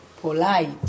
polite